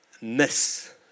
miss